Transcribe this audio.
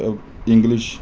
English